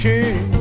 King